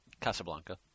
Casablanca